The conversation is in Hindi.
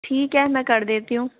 ठीक है मैं कर देती हूँ